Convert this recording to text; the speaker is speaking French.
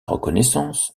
reconnaissance